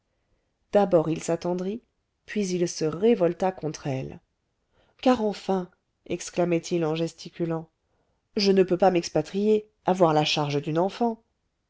d'abord il s'attendrit puis il se révolta contre elle car enfin exclamait il en gesticulant je ne peux pas m'expatrier avoir la charge d'une enfant